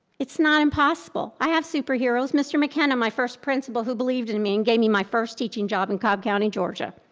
it's not impossible, i have superheroes. mr. mckinna, my first principal who believed in me and gave me my first teaching job in cobb county, georgia.